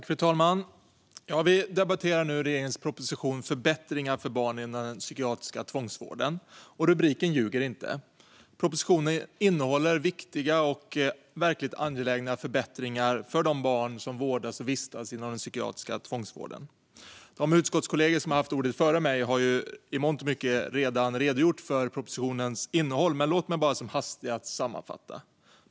Fru talman! Vi debatterar nu regeringens proposition Förbättringar för barn inom den psykiatriska tvångsvården . Och rubriken ljuger inte. Propositionen innehåller viktiga och verkligt angelägna förbättringar för de barn som vårdas och vistas inom den psykiatriska tvångsvården. De utskottskollegor som haft ordet före mig har i mångt och mycket redan redogjort för propositionens innehåll, men låt mig bara som hastigast sammanfatta.